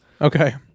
okay